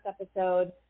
episode